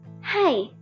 Hi